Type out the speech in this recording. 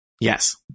Yes